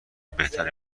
بهتری